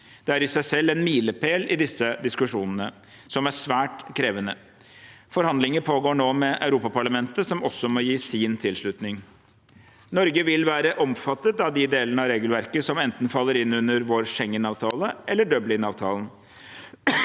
Det er i seg selv en milepæl i disse diskusjonene, som er svært krevende. Forhandlinger pågår nå med Europaparlamentet, som også må gi sin tilslutning. Norge vil være omfattet av de delene av regelverket som enten faller inn under vår Schengen-avtale eller Dublin-avtalen.